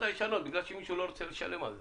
הישנות בגלל שמישהו לא רוצה לשלם על זה.